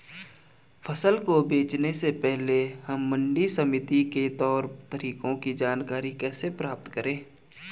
फसल को बेचने से पहले हम मंडी समिति के तौर तरीकों की जानकारी कैसे प्राप्त करें?